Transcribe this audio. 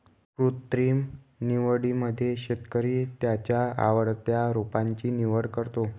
कृत्रिम निवडीमध्ये शेतकरी त्याच्या आवडत्या रोपांची निवड करतो